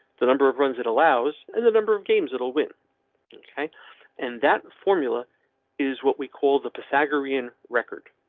the number of runs it allows, and the number of games that will win ok and that formula is what we call the pythagorean record.